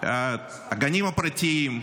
הגנים הפרטיים,